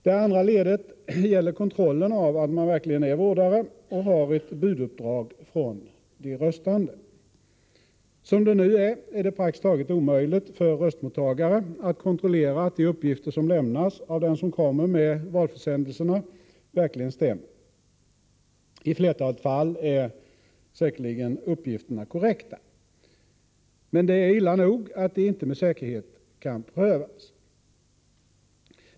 Det andra ledet gäller kontrollen av att man verkligen är vårdare och har ett buduppdrag från de röstande. Som det nu är är det praktiskt taget omöjligt för röstmottagare att kontrollera att de uppgifter som lämnas av den som kommer med valförsändelserna verkligen stämmer. I flertalet fall är säkerligen uppgifterna korrekta. Men det är illa nog att de inte med säkerhet kan prövas.